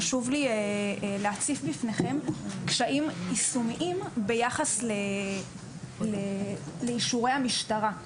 חשוב לי להציף בפניכם קשיים יישומיים ביחס לאישורי המשטרה.